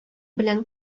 белән